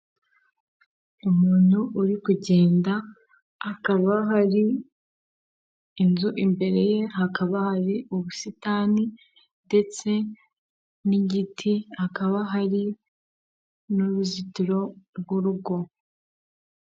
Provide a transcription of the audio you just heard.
Umuntu uri kugenda akaba hari inzu imbere ye hakaba hari ubusitani ndetse n'igiti hakaba hari n'uruzitiro rw'urugo.